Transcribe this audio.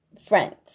Friends